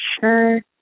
sure